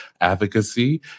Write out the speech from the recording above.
advocacy